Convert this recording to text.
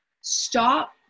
Stop